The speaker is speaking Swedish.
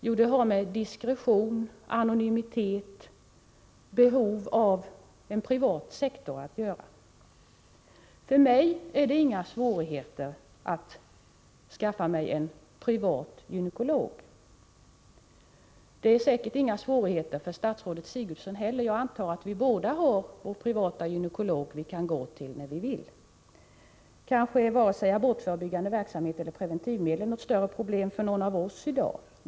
Jo, behovet av en privat sektor har att göra med diskretion, anonymitet. För mig är det inga svårigheter att få en privat gynekolog. Det är säkert inga svårigheter för statsrådet Sigurdsen heller; jag antar att vi båda har vår privata gynekolog som vi kan gå till när vi vill. Kanske varken abortförebyggande verksamhet eller preventivmedel är något större problem för någon av oss i dag.